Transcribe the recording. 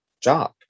job